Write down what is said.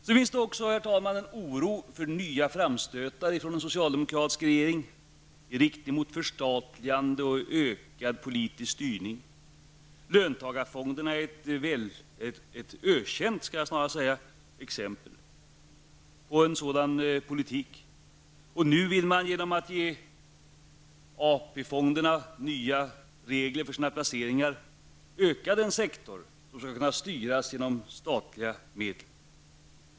Det finns också, herr talman, en oro för nya framstötar från en socialdemokratisk regeringen i riktning mot förstatliganden och ökad politisk styrning. Löntagarfonderna är ett ökänt exempel på en sådan politik. Nu vill man genom att ge AP fonderna nya regler för sina placeringar öka den sektorn som skall kunna styras genom statliga medel.